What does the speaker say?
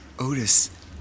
Otis